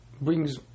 brings